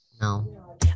no